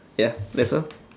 ya that's all